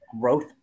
growth